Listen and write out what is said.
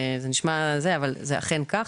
אכן כך.